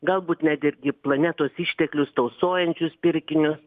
galbūt net irgi planetos išteklius tausojančius pirkinius